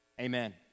Amen